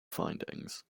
findings